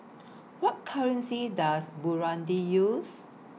What currency Does Burundi use